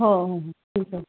हो ठीक आहे